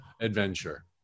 adventure